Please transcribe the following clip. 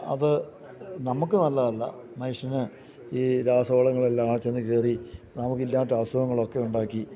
അത് നമുക്ക് നല്ലതല്ല മനുഷ്യന് ഈ രാസവളങ്ങളെലാം ചെന്ന് കയറി നമുക്ക് ഇല്ലാത്ത അസുഖങ്ങളൊക്കെ ഉണ്ടാക്കി